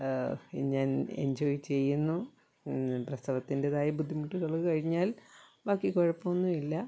ഞാൻ എൻജോയ് ചെയ്യുന്നു പ്രസവത്തിന്റേതായ ബുദ്ധിമുട്ടുകൾ കഴിഞ്ഞാൽ ബാക്കി കുഴപ്പമൊന്നുമില്ല